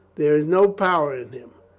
there is no power in him.